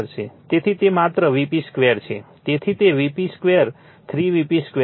તેથી તે માત્ર Vp2 છે તેથી તે Vp2 3 Vp2 છે